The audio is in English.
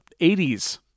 80s